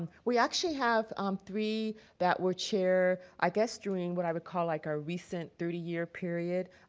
we actually have um three that were chair, i guess during what i would call like our recent thirty year period.